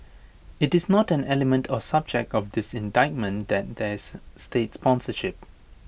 IT is not an element or subject of this indictment that there is state sponsorship